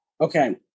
Okay